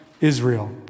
Israel